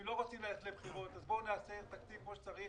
אם לא רוצים ללכת לבחירות אז בואו נעשה תקציב כפי שצריך